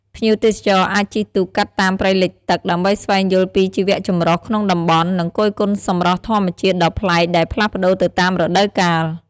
ភ្ញៀវទេសចរអាចជិះទូកកាត់តាមព្រៃលិចទឹក ដើម្បីស្វែងយល់ពីជីវៈចម្រុះក្នុងតំបន់ និងគយគន់សម្រស់ធម្មជាតិដ៏ប្លែកដែលផ្លាស់ប្តូរទៅតាមរដូវកាល។